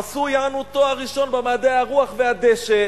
עשו יענו תואר ראשון במדעי הרוח והדשא,